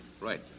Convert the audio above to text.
Right